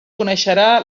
coneixerà